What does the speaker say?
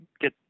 get